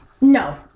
No